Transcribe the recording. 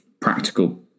practical